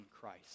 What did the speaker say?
Christ